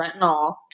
retinol